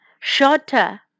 shorter